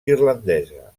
irlandesa